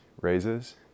raises